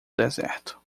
deserto